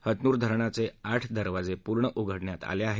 हतनूर धरणाचे आठ दरवाजे पूर्ण उघडण्यात आले आहेत